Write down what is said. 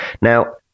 Now